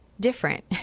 different